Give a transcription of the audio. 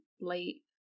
late